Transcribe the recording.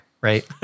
Right